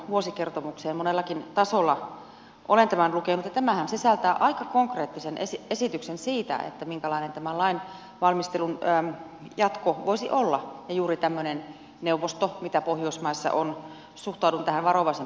monellakin tasolla olen tämän lukenut ja tämähän sisältää aika konkreettisen esityksen siitä minkälainen tämä lainvalmistelun jatko voisi olla ja juuri tämmöinen neuvosto mitä pohjoismaissa on suhtaudun tähän varovaisen positiivisesti